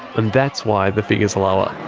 and that's why the figure's lower.